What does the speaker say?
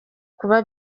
kuba